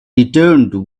returned